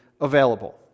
available